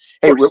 hey